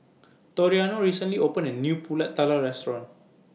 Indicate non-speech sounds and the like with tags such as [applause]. [noise] Toriano recently opened A New Pulut Tatal Restaurant